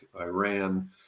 Iran